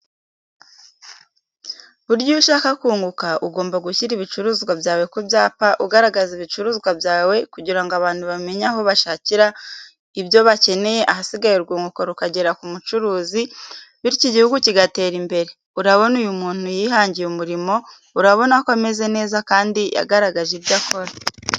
Burya iyo ushaka kunguka, ugomba gushyira ibicuruzwa byawe ku byapa ugaragaza ibicuruzwa byawe kugira ngo abantu bamenye aho bashakira ibyo bakeneye ahasigaye urwunguko rukagera ku mucuruzi, bityo igihugu kigatera imbere, urabona uyu muntu yihangiye umurimo urabona ko ameze neza kandi yagaragaje ibyo akora.